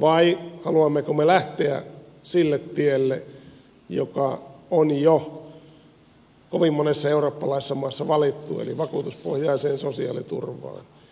vai haluammeko me lähteä sille tielle joka on jo kovin monessa eurooppalaisessa maassa valittu eli vakuutuspohjaiseen sosiaaliturvaan